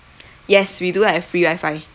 yes we do have free wifi